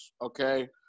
okay